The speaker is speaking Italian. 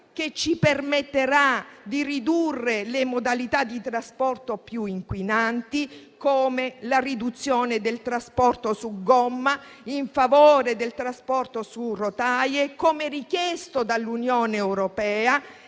che ci permetterà di ridurre le modalità di trasporto più inquinanti, come la riduzione del trasporto su gomma in favore del trasporto su rotaie, come richiesto dall'Unione europea.